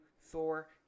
Thor